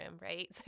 right